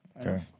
Okay